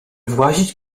włazić